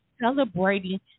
celebrating